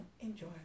enjoy